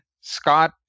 Scott